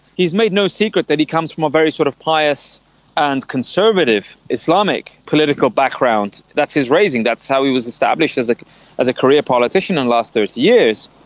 he's made no secret that he comes from a very sort of pious and conservative islamic political background, that's his raising, that's how he was established as like as a career politician in the last thirty years,